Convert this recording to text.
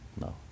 no